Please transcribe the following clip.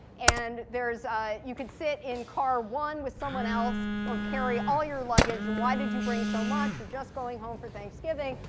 and there is you can sit in car one with someone else, or carry all your luggage. and why did you bring so much? you're just going home for thanksgiving.